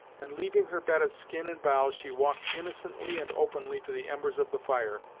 and leaving her bed of skin and boughs she walked innocently and openly to the embers of the fire,